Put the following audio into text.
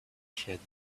sheared